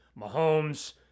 Mahomes